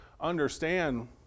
understand